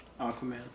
Aquaman